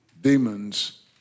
Demons